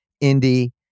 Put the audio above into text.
Indy